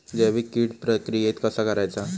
जैविक कीड प्रक्रियेक कसा करायचा?